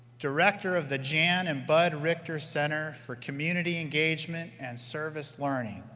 director of the jan and bud richter center for community engagement and service-learning.